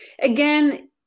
again